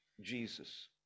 Jesus